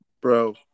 bro